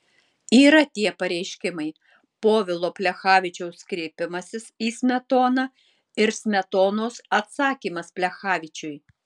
yra tie pareiškimai povilo plechavičiaus kreipimasis į smetoną ir smetonos atsakymas plechavičiui